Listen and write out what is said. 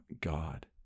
God